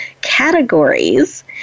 categories